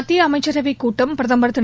மத்திய அமைச்சரவைக் கூட்டம் பிரதம் திரு